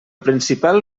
principal